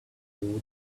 through